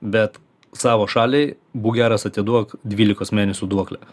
bet savo šaliai būk geras atiduok dvylikos mėnesių duoklę